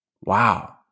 Wow